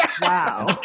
wow